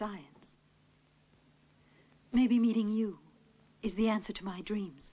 science maybe meeting you is the answer to my dreams